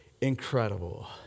incredible